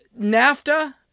NAFTA